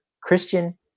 Christian